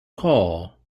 call